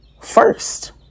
first